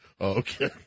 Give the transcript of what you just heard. okay